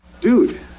Dude